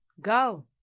go